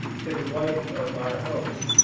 to the wife of our host,